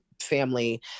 family